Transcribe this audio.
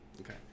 okay